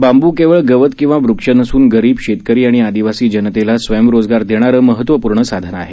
बांबू केवळ गवत किंवा वृक्ष नसून गरीब शेतकरी आणि आदिवासी जनतेला स्वयं रोजगार देणारे महत्वपूर्ण साधन आहे